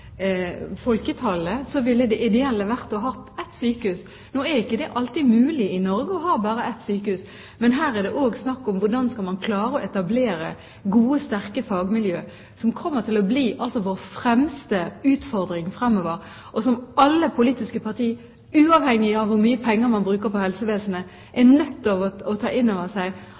folketallet, ville det ideelle være å ha ett sykehus. Nå er ikke det alltid mulig i Norge å ha bare ett sykehus, men her er det også snakk om hvordan man skal klare å etablere gode og sterke fagmiljø, som kommer til å bli vår fremste utfordring fremover. Alle politiske partier, uavhengig av hvor mye penger man bruker på helsevesenet, er nødt til å ta inn over seg